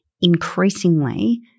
Increasingly